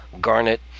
garnet